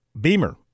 Beamer